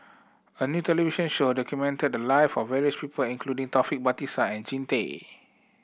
a new television show documented the live of various people including Taufik Batisah and Jean Tay